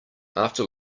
after